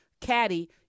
caddy